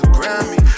Grammy